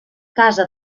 casa